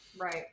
Right